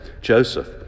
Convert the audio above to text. Joseph